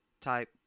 type